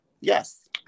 Yes